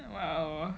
!wow!